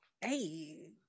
Hey